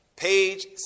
Page